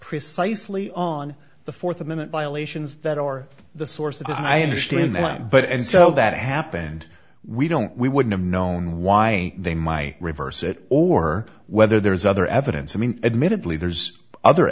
precisely on the fourth amendment violations that are the source of the i understand that but and so that happened we don't we wouldn't have known why they my reverse it or whether there's other evidence i mean admittedly there's other